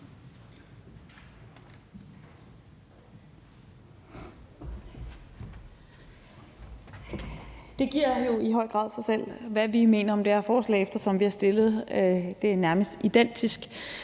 Det giver jo i høj grad sig selv, hvad vi mener om det her forslag, eftersom vi har fremsat et nærmest identisk